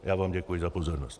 Já vám děkuji za pozornost.